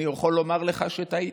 אני יכול לומר לך שטעית.